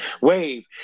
wave